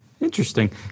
Interesting